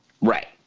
Right